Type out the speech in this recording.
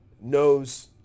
knows